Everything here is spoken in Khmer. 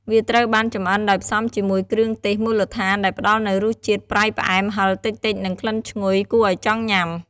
វាត្រូវបានចម្អិនដោយផ្សំជាមួយ គ្រឿងទេសមូលដ្ឋាន ដែលផ្តល់នូវរសជាតិ ប្រៃ ផ្អែម ហឹរតិចៗ និង ក្លិនឈ្ងុយ គួរឲ្យចង់ញ៉ាំ។